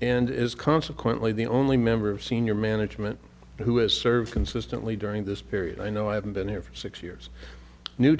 and is consequently the only member of senior management who has served consistently during this period i know i haven't been here for six years new